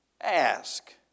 ask